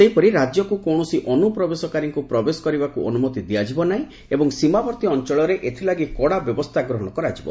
ସେହିପରି ରାଜ୍ୟକୁ କୌଣସି ଅନୁପ୍ରବେଶକାରୀଙ୍କୁ ପ୍ରବେଶ କରିବାକୁ ଅନୁମତି ଦିଆଯିବ ନାହିଁ ଏବଂ ସୀମାବର୍ତ୍ତୀ ଅଞ୍ଚଳରେ ଏଥିଲାଗି କଡାକଡି ବ୍ୟବସ୍ଥା ଗ୍ରହଣ କରାଯିବ